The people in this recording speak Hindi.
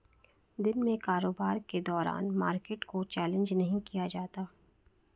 दिन में कारोबार के दौरान मार्केट को चैलेंज नहीं किया जाता